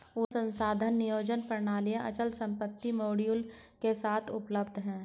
उद्यम संसाधन नियोजन प्रणालियाँ अचल संपत्ति मॉड्यूल के साथ उपलब्ध हैं